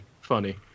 funny